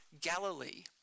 Galilee